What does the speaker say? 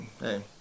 hey